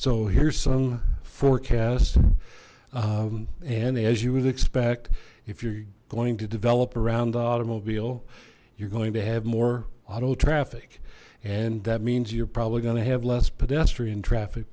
so here's some forecast and as you would expect if you're going to develop around the automobile you're going to have more auto traffic and that means you're probably going to have less pedestrian traffic